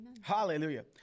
Hallelujah